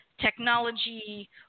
technology